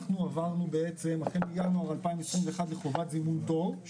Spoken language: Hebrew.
אנחנו עברנו החל מינואר 21' לחובת זימון תור.